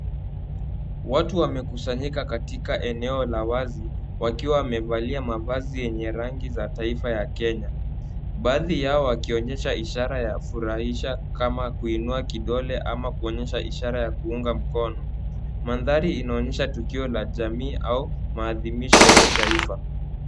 Watu wamekusanyika katika eneo ya wazi wakiwa wamevalia mavazi yenye rangi za taifa ya kenya. Baadhi yao wakionesha ishara ya furahisha kama kuinua kidole ama kuonesha ishara ya kuunga mkono. Mandhari inaonesha tukio la jamii au maadhimisho ya kitaifa.